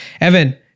Evan